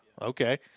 okay